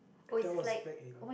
that was back in